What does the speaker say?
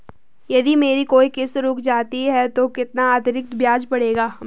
यदि मेरी कोई किश्त रुक जाती है तो कितना अतरिक्त ब्याज पड़ेगा?